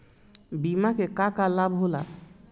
बिमा के का का लाभ होला?